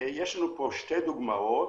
יש לנו פה שתי דוגמאות.